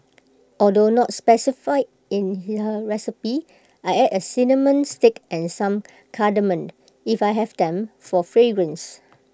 although not specified in her recipe I add A cinnamon stick and some cardamom if I have them for fragrance